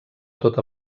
tota